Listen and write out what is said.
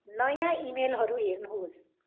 नयाँ इमेलहरू हेर्नुहोस्